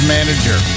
Manager